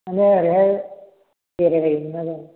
माने ओरैहाय बेरायबायो मोनना जों